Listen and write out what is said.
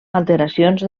alteracions